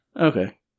Okay